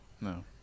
no